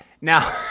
now